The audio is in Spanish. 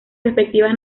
respectivas